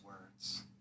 words